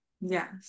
Yes